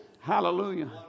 Hallelujah